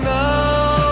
now